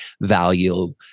value